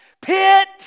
pit